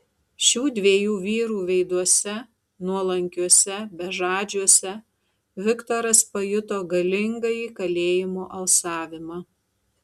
šių dviejų vyrų veiduose nuolankiuose bežadžiuose viktoras pajuto galingąjį kalėjimo alsavimą